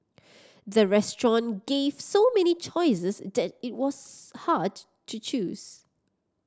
the restaurant gave so many choices that it was hard to choose